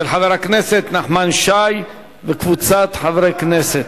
של חבר הכנסת נחמן שי וקבוצת חברי הכנסת.